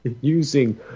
using